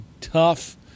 tough